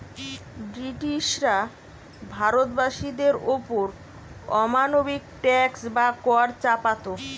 ব্রিটিশরা ভারতবাসীদের ওপর অমানবিক ট্যাক্স বা কর চাপাত